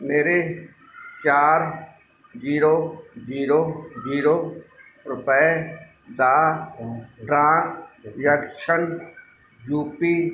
ਮੇਰੇ ਚਾਰ zero zero zero ਰੁਪਏ ਦਾ ਟ੍ਰਾਂਜੈਕਸ਼ਨ ਯੂ ਪੀ